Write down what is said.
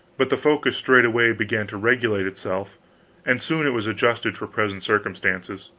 but the focus straightway began to regulate itself and soon it was adjusted for present circumstances.